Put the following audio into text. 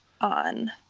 on